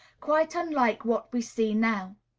quite unlike what we see now.